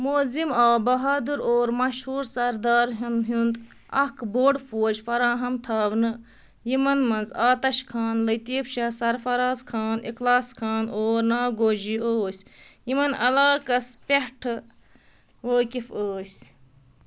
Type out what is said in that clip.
معظم آو بہادر اور مشہور سردار ہُنٛد ہُند اكھ بوٛڈ فوج فراہم تھاونہٕ یِمَن منز آتَش خان لطیٖف شاہ سرفراز خان اِخلاص خان اور ناگوجی ٲسۍ یمَن علاقس پٮ۪ٹھٕ وٲقف ٲسۍ